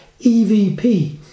EVP